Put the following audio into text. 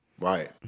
Right